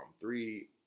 three